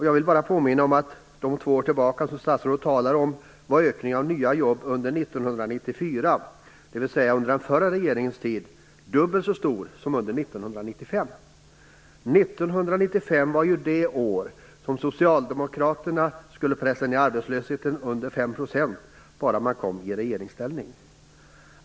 Jag vill bara påminna om att under de två år som statsrådet talar om var ökningen av nya jobb 1994, dvs. under den förra regeringens tid, dubbelt så stor som under 1995. 1995 var ju det år då socialdemokraterna skulle pressa ned arbetslösheten under 5 % bara man kom i regeringsställning.